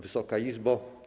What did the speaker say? Wysoka Izbo!